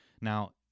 Now